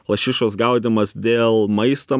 lašišos gaudymas dėl maisto